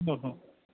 হুম হুম